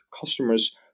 customers